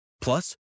Plus